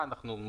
כך שזאת תהיה